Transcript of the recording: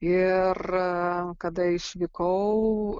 ir kada išvykau